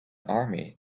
army